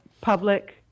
public